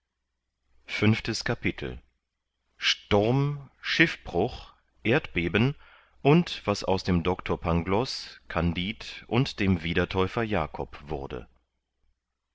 fünftes kapitel sturm schiffbruch erdbeben und was aus dem doctor pangloß kandid und dem wiedertäufer jakob wurde